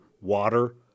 water